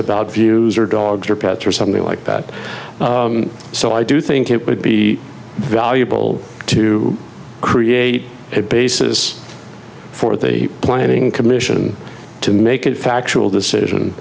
about views or dogs or pets or something like that so i do think it would be valuable to create a basis for the planning commission to make a factual decision